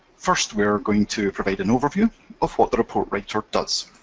first, we are going to provide an overview of what the report writer does.